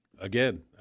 again